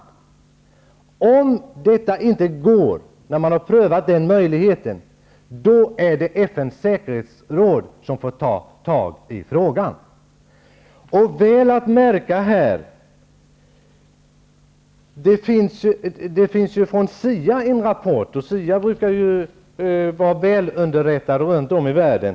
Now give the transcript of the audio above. Om detta inte går sedan denna möjlighet har prövats, får FN:s säkerhetsråd ta upp frågan. Det bör noteras att CIA har kommit med en rapport. CIA brukar vara väl underrättad om förhållanden runtom i världen.